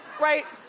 right!